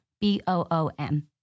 B-O-O-M